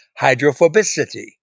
hydrophobicity